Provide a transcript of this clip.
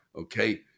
okay